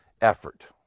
effort